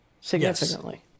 Significantly